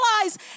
realize